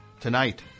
Tonight